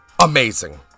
Amazing